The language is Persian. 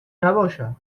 نباشد